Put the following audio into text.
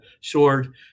sword